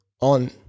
on